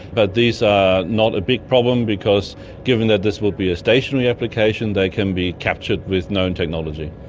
but these are not a big problem because given that this will be a stationary application they can be captured with known technology.